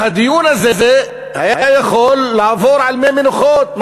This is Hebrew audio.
והדיון הזה היה יכול לעבור על מי מנוחות.